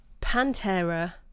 Pantera